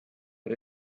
but